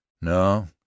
no